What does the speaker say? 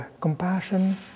compassion